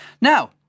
Now